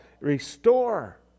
Restore